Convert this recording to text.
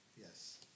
Yes